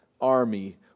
army